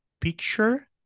picture